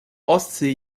ostsee